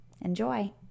Enjoy